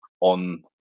on